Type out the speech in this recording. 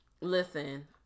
Listen